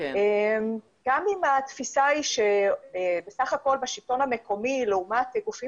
גם אם התפיסה היא שבסך הכול בשלטון המקומי לעומת גופים